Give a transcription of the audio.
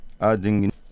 adding